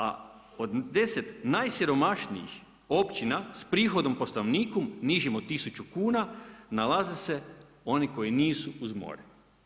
A od 10 najsiromašnijih općina s prihodom po stanovniku nižim od tisuću kuna, nalaze se oni koji nisu uz more.